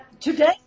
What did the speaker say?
Today